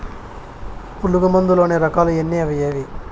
పులుగు మందు లోని రకాల ఎన్ని అవి ఏవి?